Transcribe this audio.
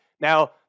Now